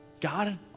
God